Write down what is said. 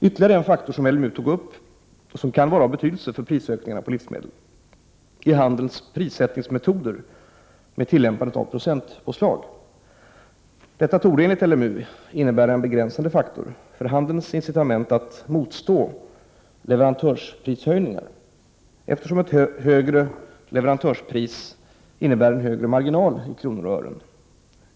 Ytterligare en faktor som LMU tog upp och som kan vara av betydelse för prisökningarna på livsmedel är handelns prissättningsmetoder med tillämpandet av procentpåslag. Detta torde enligt LMU innebära en begränsande faktor för handelns incitament att motstå leverantörsprishöjningar, eftersom ett högre leverantörspris innebär en högre marginal i kronor och ören.